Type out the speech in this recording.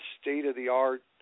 state-of-the-art